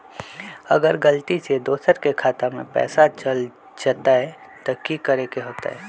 अगर गलती से दोसर के खाता में पैसा चल जताय त की करे के होतय?